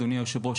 אדוני היושב-ראש,